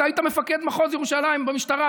אתה היית מפקד מחוז ירושלים במשטרה,